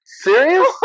Serious